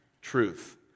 truth